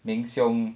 meng siong